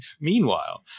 Meanwhile